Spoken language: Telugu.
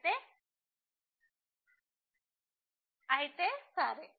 అయితే సరే